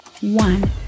one